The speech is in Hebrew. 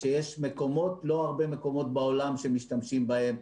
ויש לא הרבה מקומות בעולם שמשתמשים בהם.